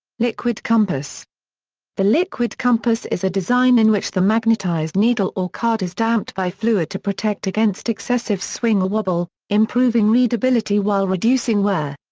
liquid compass the liquid compass is a design in which the magnetized needle or card is damped by fluid to protect against excessive swing or wobble, improving readability while reducing wear.